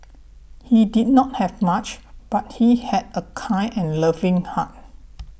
he did not have much but he had a kind and loving heart